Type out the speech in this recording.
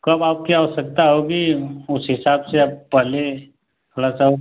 कब आपकी आवश्यकता होगी उस हिसाब से आप पहले थोड़ा सा